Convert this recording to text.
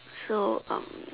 so um